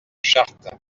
chartes